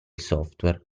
software